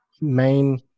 main